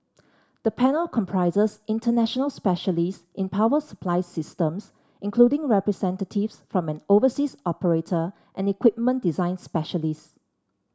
the panel comprises international specialists in power supply systems including representatives from an overseas operator and equipment design specialists